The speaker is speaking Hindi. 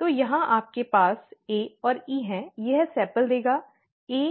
तो यहाँ आपके पास A और E हैं यह सेपल देगा A